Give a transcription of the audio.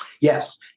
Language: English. Yes